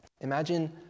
Imagine